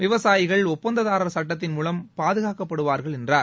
விவசாயிகள் ஒப்பந்ததாரர் சட்டத்தின் மூவம் அவர்கள் பாதுகாக்கப்படுவார்கள் என்றார்